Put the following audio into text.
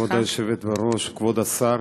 כבוד היושבת בראש, כבוד השר,